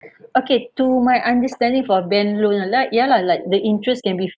okay to my understanding for bank loan ah like ya lah like the interest can be